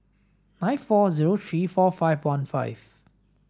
nine four zero three four five one five